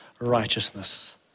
righteousness